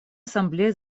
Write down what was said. ассамблея